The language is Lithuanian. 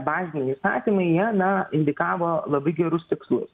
baziniai įstatymai jie na indikavo labai gerus tikslus